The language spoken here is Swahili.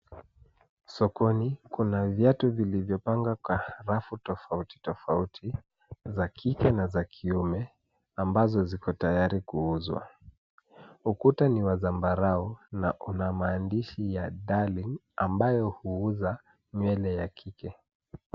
Sokoni kuna vyatu vilivyo pangwa kwa rafu tofauti tofauti za kike na kiume ambazo ziko tayari kuuzwa. Ukuta ni wa zambarau na una maandishi ya darlin mbayo huuza nywele ya kike.